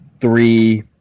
three